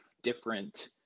different